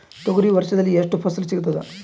ತೊಗರಿ ವರ್ಷದಲ್ಲಿ ಎಷ್ಟು ಫಸಲ ಸಿಗತದ?